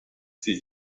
sehe